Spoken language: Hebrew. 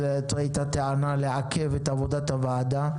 זו הייתה טענה לעכב את עבודת הוועדה,